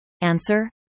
Answer